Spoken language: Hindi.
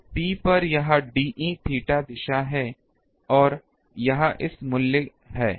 तो P पर यह dE थीटा दिशा है और यह इस का मूल्य है